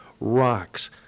rocks